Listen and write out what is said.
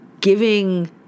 giving